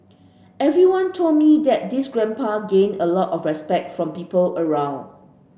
everyone told me that this grandpa gained a lot of respect from people around